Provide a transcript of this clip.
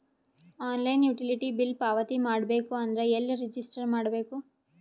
Online utility bill ಪಾವತಿ ಮಾಡಬೇಕು ಅಂದ್ರ ಎಲ್ಲ ರಜಿಸ್ಟರ್ ಮಾಡ್ಬೇಕು?